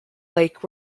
lake